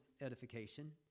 edification